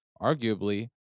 arguably